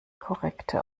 korrekte